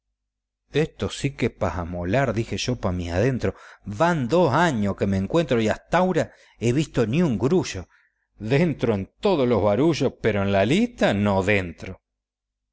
esto sí que es amolar dije yo pa mis adentros van dos años que me encuentro y hasta aura he visto ni un grullo dentro en todos los barullos pero en las listas no dentro